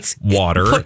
water